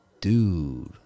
dude